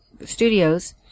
Studios